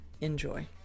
Enjoy